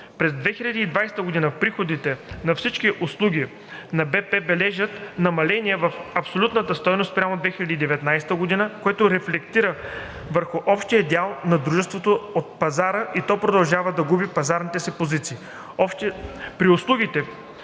През 2020 г. приходите от всички услуги на „Български пощи“ бележат намаление в абсолютна стойност спрямо 2019 г., което рефлектира върху общия дял на Дружеството от пазара, и то продължава да губи пазарната си позиция. При услугите,